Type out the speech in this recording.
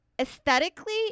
aesthetically